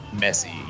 messy